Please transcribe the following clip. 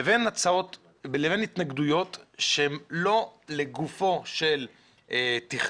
לבין התנגדויות שהן לא לגופו של תכנון,